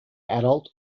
adult